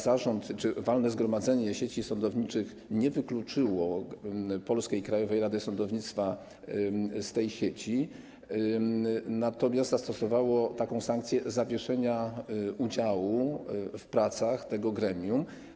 Zarząd, walne zgromadzenie sieci sądowniczych nie wykluczyło polskiej Krajowej Rady Sądownictwa z tej sieci, natomiast zastosowało sankcję zawieszenia udziału w pracach tego gremium.